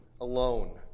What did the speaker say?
alone